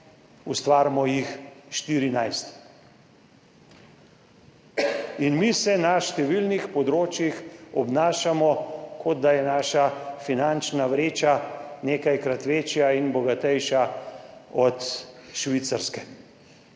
ustvarimo jih 14 in mi se na številnih področjih obnašamo, kot da je naša finančna vreča nekajkrat večja in bogatejša od švicarske.